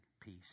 peace